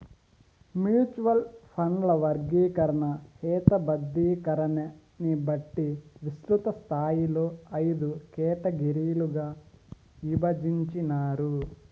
mutual ఫండ్ల వర్గీకరణ, హేతబద్ధీకరణని బట్టి విస్తృతస్థాయిలో అయిదు కేటగిరీలుగా ఇభజించినారు